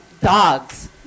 dogs